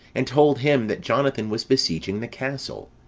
and told him that jonathan was besieging the castle.